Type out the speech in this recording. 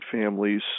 families